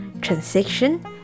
transaction